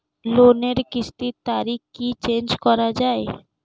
লোনের কিস্তির তারিখ কি চেঞ্জ করা যায়?